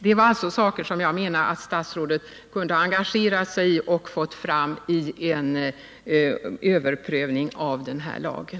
Det är saker som jag menar att statsrådet kunde ha engagerat sig i och fått fram i en överprövning av den här lagen.